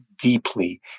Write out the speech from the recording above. deeply